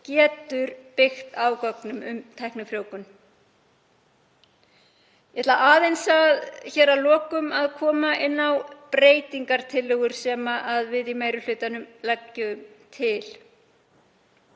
getur byggst á gögnum um tæknifrjóvgun. Ég ætla að lokum að koma inn á breytingartillögur sem við í meiri hlutanum leggjum til.